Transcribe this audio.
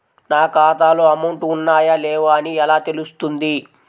నా ఖాతాలో అమౌంట్ ఉన్నాయా లేవా అని ఎలా తెలుస్తుంది?